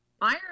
Iron